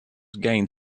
gained